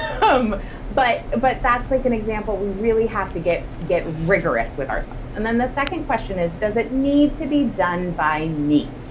um but but that's like an example. we really have to get get rigorous with ourselves and then the second question is, does it need to be done by me?